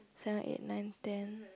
seven eight nine ten